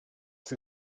sie